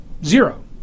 Zero